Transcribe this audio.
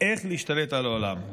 איך להשתלט על העולם?